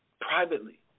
privately